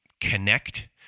connect